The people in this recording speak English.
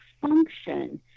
function